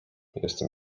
jestem